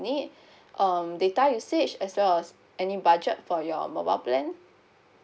need um data usage as well as any budget for your mobile plan